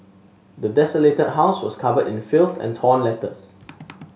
the desolated house was covered in filth and torn letters